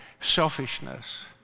selfishness